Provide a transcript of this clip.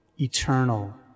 eternal